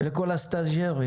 לכל הסטאז'רים,